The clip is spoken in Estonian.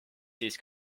siis